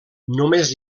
només